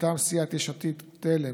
מטעם סיעת יש עתיד-תל"ם